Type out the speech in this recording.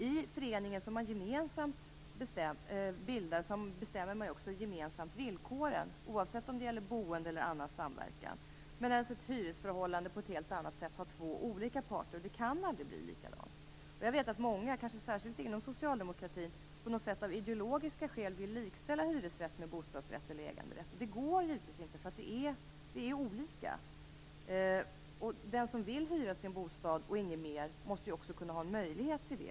I föreningen som man gemensamt bildar bestämmer man ju också gemensamt villkoren, oavsett om det gäller boende eller annan samverkan. Ett hyresförhållande har på ett helt annat sätt två olika parter. Det kan aldrig bli likadant. Jag vet att många, kanske särskilt inom socialdemokratin, av ideologiska skäl på något sätt vill likställa hyresrätt med bostadsrätt eller äganderätt. Det går givetvis inte. Det är olika. Den som vill hyra sin bostad och inget mer måste ju också kunna ha en möjlighet till det.